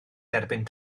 derbyn